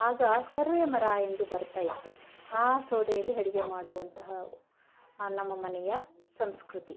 ಆಗ ಸರ್ವೇಮರ ಎಂದು ಬರ್ತಾಯಿತ್ತು ಆ ಸೌದೆಯಲ್ಲಿ ಅಡ್ಗೆ ಮಾಡುವಂತಹ ಆ ನಮ್ಮ ಮನೆಯ ಸಂಸ್ಕೃತಿ